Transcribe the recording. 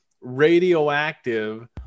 radioactive